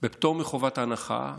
בפטור מחובת הנחה